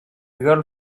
girl